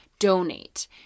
donate